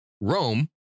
Rome